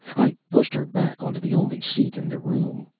i pushed her back onto the only seat in the room,